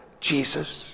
Jesus